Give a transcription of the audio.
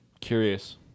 Curious